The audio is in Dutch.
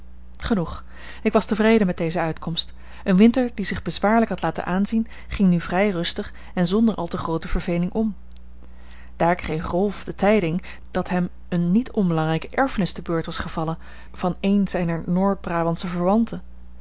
genoeg ik was tevreden met deze uitkomst een winter die zich bezwaarlijk had laten aanzien ging nu vrij rustig en zonder al te groote verveling om daar kreeg rolf de tijding dat hem eene niet onbelangrijke erfenis te beurt was gevallen van een zijner